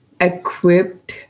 equipped